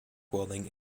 welding